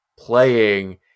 playing